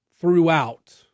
throughout